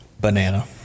Banana